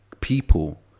people